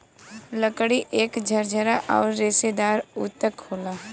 लकड़ी एक झरझरा आउर रेसेदार ऊतक होला